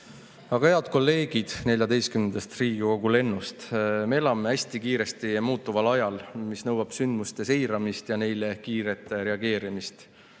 Head kolleegid Riigikogu 14. lennust! Me elame hästi kiiresti muutuval ajal, mis nõuab sündmuste seiramist ja neile kiiret reageerimist.